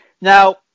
Now